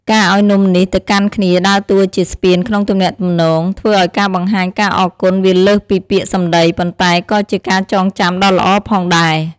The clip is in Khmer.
ការឱ្យនំំនេះទៅកាន់គ្នាដើរតួជាស្ពានក្នុងទំនាក់ទំនង ធ្វើឱ្យការបង្ហាញការអរគុណវាលើសពីពាក្យសម្ដី ប៉ុន្តែក៏ជាការចងចាំដ៏ល្អផងដែរ។